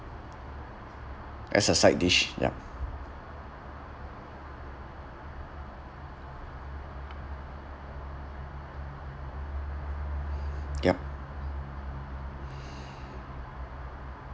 as a side dish yup yup